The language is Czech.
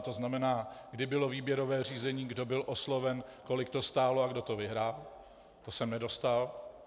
To znamená, kdy bylo výběrové řízení, kdo byl osloven, kolik to stálo a kdo to vyhrál, to jsem nedostal.